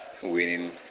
Winning